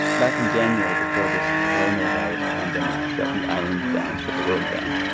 back in january, before this coronavirus pandemic shut the island down, shut the world down,